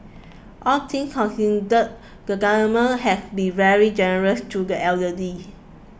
all things considered the Government has been very generous to the elderly